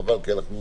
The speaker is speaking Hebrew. חבל, כי אנחנו